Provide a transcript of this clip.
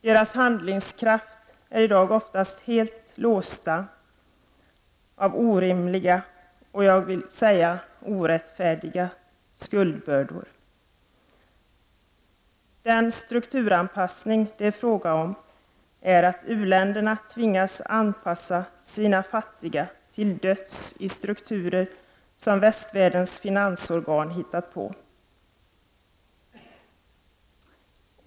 Deras handlingsskraft är oftast helt låst av orimliga och, vill jag säga, orättfärdiga skuldbördor. Den ”strukturanpassning” det är fråga om är att u-länderna tvingas anpassa sina fattiga till döds i strukturer som västvärldens finansorgan hittat på.